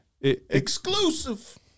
exclusive